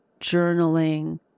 journaling